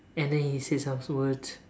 and then he said some words